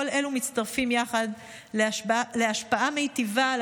כל אלו מצטרפים יחד להשפעה מיטיבה על